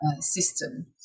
System